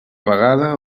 vegada